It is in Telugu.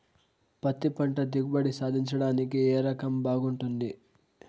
పత్తి పంట దిగుబడి సాధించడానికి ఏ రకం బాగుంటుంది?